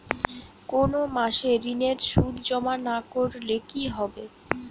কোনো মাসে ঋণের সুদ জমা না করলে কি হবে?